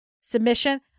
submission